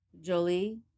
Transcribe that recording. Jolie